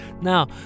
Now